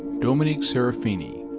dominique serafini,